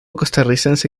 costarricense